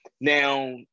now